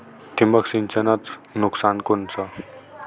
ठिबक सिंचनचं नुकसान कोनचं?